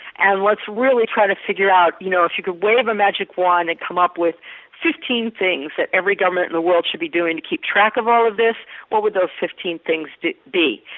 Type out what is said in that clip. and let's really try to figure out you know if you could wave a magic wand and come up with fifteen things that every government in the world should be doing to keep track of all of this what would those fifteen things be.